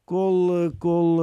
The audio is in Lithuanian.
kol kol